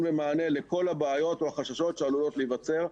ומענה לכל הבעיות או החששות שעלולות להיווצר.